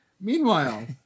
Meanwhile